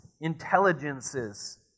intelligences